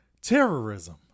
Terrorism